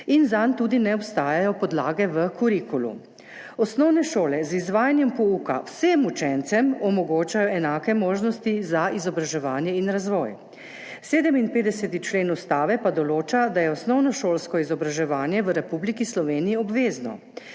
in zanj tudi ne obstajajo podlage v kurikulu. Osnovne šole z izvajanjem pouka vsem učencem omogočajo enake možnosti za izobraževanje in razvoj. 57. člen Ustave določa, da je osnovnošolsko izobraževanje v Republiki Sloveniji obvezno.